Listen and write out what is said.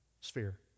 sphere